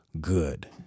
good